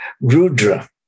Rudra